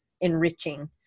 enriching